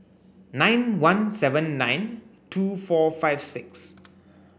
nine one seven nine two four five six